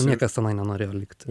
niekas tenai nenorėjo likti